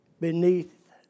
beneath